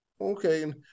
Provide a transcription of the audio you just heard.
Okay